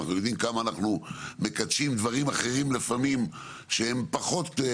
אנחנו יודעים כמה אנחנו מקדשים דברים אחרים לפעמים שהם פחות.